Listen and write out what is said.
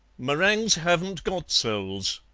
meringues haven't got souls,